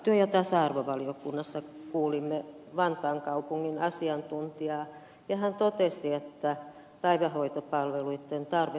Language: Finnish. työ ja tasa arvovaliokunnassa kuulimme vantaan kaupungin asiantuntijaa ja hän totesi että päivähoitopalveluitten tarve saattaa laskea